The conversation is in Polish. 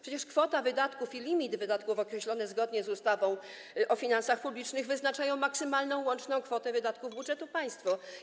Przecież kwota wydatków i limit wydatków określone zgodnie z ustawą o finansach publicznych wyznaczają maksymalną łączną kwotę wydatków budżetu państwa.